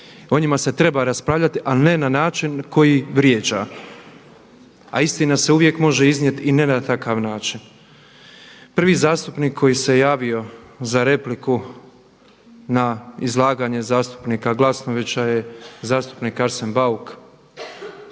O njima se treba raspravljati ali ne na način koji vrijeđa. A istina se uvijek može iznijeti i ne na takav način. Prvi zastupnik koji se javio za repliku na izlaganje zastupnika Glasnovića je zastupnik Arsen Bauk.